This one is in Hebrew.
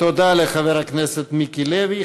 תודה לחבר הכנסת מיקי לוי.